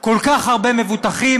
כל כך הרבה מבוטחים,